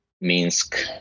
Minsk